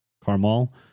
Carmel